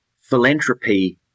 Philanthropy